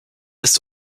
ist